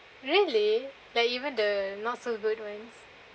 really like even the not so good ones